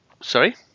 sorry